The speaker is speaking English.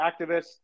activists